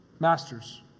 Masters